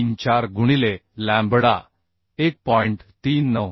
34 गुणिले लॅम्बडा 1